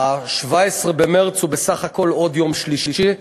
ה-17 במרס הוא בסך הכול עוד יום שלישי,